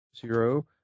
Zero